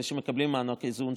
אלה שמקבלות מענק איזון,